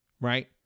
right